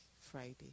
Friday